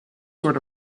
sort